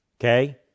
Okay